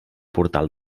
portal